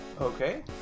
Okay